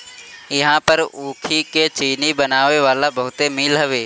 इहां पर ऊखी के चीनी बनावे वाला बहुते मील हवे